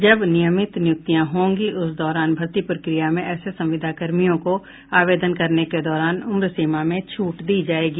जब नियमित नियुक्तियां होंगी उस दौरान भर्ती प्रक्रिया में ऐसे संविदा कर्मियों को आवेदन करने के दौरान उम्र सीमा में छूट दी जायेगी